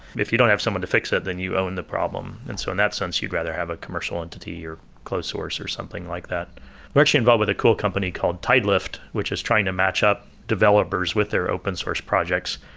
if you don't have someone to fix it, then you own the problem. and so in that sense, you'd rather have a commercial entity, or closed source or something like that we're actually involved with a cool company called tidelift, which is trying to match up developers with their open source projects,